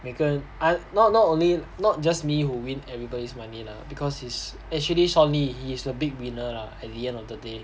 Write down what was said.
每个人 I not not only not just me who win everybody's money lah because he's actually sean he is the big winner lah at the end of the day